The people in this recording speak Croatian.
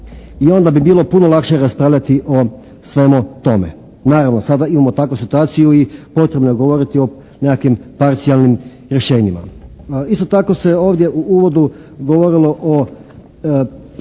I onda bi bilo puno lakše raspravljati o svemu tome. Naravno, sada imamo takvu situaciju i potrebno je govoriti o nekakvim parcijalnim rješenjima. Isto tako se ovdje u uvodu govorilo o pripremi